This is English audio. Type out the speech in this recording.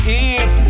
eat